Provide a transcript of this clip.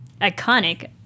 iconic